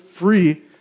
free